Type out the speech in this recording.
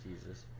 Jesus